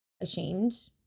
ashamed